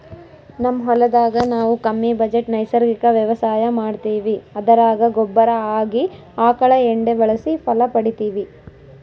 ನಮ್ ಹೊಲದಾಗ ನಾವು ಕಮ್ಮಿ ಬಜೆಟ್ ನೈಸರ್ಗಿಕ ವ್ಯವಸಾಯ ಮಾಡ್ತೀವಿ ಅದರಾಗ ಗೊಬ್ಬರ ಆಗಿ ಆಕಳ ಎಂಡೆ ಬಳಸಿ ಫಲ ಪಡಿತಿವಿ